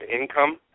income